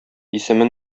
исеме